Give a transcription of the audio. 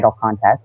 contest